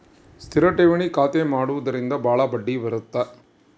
ಸ್ಥಿರ ಠೇವಣಿ ಖಾತೆ ಮಾಡುವುದರಿಂದ ಬಾಳ ಬಡ್ಡಿ ಬರುತ್ತ